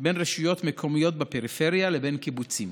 בין רשויות מקומיות בפריפריה לבין קיבוצים.